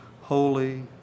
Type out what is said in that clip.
holy